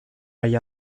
hay